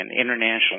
international